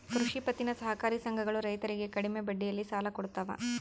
ಕೃಷಿ ಪತ್ತಿನ ಸಹಕಾರಿ ಸಂಘಗಳು ರೈತರಿಗೆ ಕಡಿಮೆ ಬಡ್ಡಿಯಲ್ಲಿ ಸಾಲ ಕೊಡ್ತಾವ